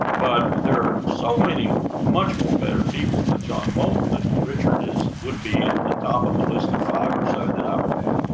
but there are so many much more better people than john bolton, and richard would be at the top of the list of five or so that i would have.